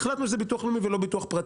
כבר החלטנו שזה ביטוח לאומי ולא פרטי,